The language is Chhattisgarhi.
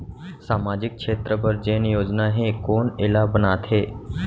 सामाजिक क्षेत्र बर जेन योजना हे कोन एला बनाथे?